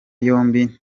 yombi